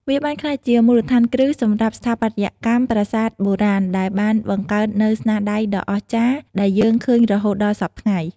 វាបានក្លាយជាមូលដ្ឋានគ្រឹះសម្រាប់ស្ថាបត្យកម្មប្រាសាទបុរាណដែលបានបង្កើតនូវស្នាដៃដ៏អស្ចារ្យដែលយើងឃើញរហូតដល់សព្វថ្ងៃ។